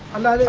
um and